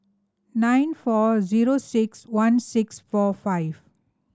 nine four zero six one six four five